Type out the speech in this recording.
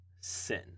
sin